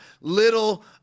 little